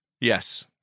Yes